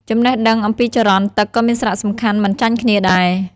ចំណេះដឹងអំពីចរន្តទឹកក៏មានសារៈសំខាន់មិនចាញ់គ្នាដែរ។